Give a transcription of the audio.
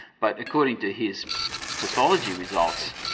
but according to his pathology results,